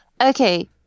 Okay